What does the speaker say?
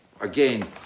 again